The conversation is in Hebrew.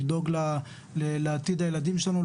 לדאוג לעתיד הילדים שלנו,